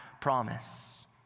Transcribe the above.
promise